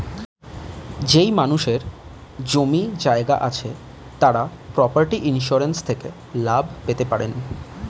যেই মানুষদের জমি জায়গা আছে তারা প্রপার্টি ইন্সুরেন্স থেকে লাভ পেতে পারেন